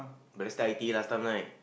Balestier I_T_E last time right